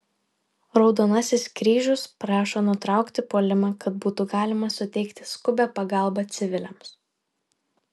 raudonasis kryžius prašo nutraukti puolimą kad būtų galima suteikti skubią pagalbą civiliams